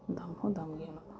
ᱫᱚᱦᱚ ᱦᱚᱸ ᱫᱟᱢ ᱜᱮᱭᱟ ᱚᱱᱟ ᱠᱚᱫᱚ